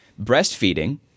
breastfeeding